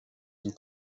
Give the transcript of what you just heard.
and